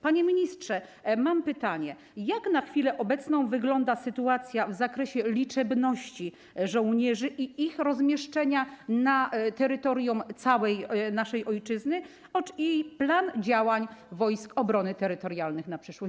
Panie ministrze, mam pytanie: Jak na chwilę obecną wygląda sytuacja w zakresie liczebności żołnierzy i ich rozmieszczenia na terytorium całej naszej ojczyzny oraz plan działań Wojsk Obrony Terytorialnej na przyszłość?